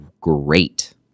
great